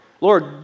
Lord